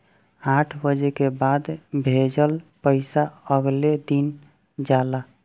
आठ बजे के बाद भेजल पइसा अगले दिन जाला